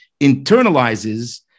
internalizes